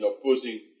opposing